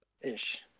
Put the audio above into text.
ish